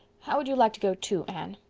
how would you like to go too, anne?